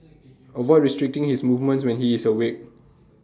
avoid restricting his movements when he is awake